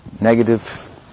negative